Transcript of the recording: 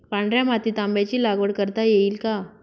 पांढऱ्या मातीत आंब्याची लागवड करता येईल का?